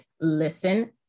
listen